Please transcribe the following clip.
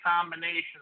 combination